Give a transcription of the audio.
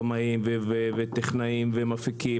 לבמאים ולמפיקים